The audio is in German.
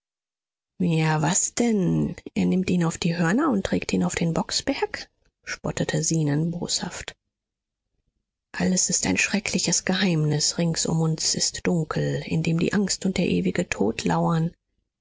ja was denn er nimmt ihn auf die hörner und trägt ihn auf den blocksberg spottete zenon boshaft alles ist ein schreckliches geheimnis rings um uns ist dunkel in dem die angst und der ewige tod lauern